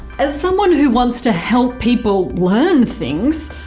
as someone who wants to help people learn things,